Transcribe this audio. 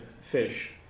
fish